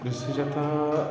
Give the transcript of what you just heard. କୃଷି ଯଥା